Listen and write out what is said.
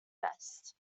best